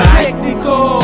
technical